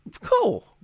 Cool